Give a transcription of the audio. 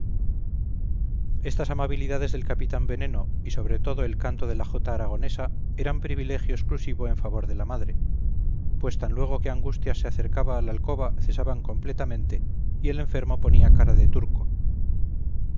estas amabilidades del capitán veneno y sobre todo el canto de la jota aragonesa eran privilegio exclusivo en favor de la madre pues tan luego que angustias se acercaba a la alcoba cesaban completamente y el enfermo ponía cara de turco